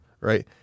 right